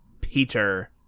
peter